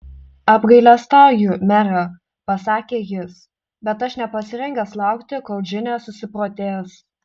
apgailestauju mere pasakė jis bet aš nepasirengęs laukti kol džinė susiprotės